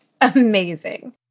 amazing